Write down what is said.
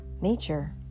nature